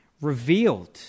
revealed